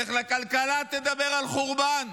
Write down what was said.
לך לכלכלה, תדבר על חורבן.